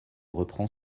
reprend